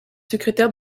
secrétaire